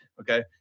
okay